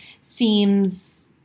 seems